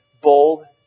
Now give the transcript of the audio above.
bold